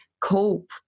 cope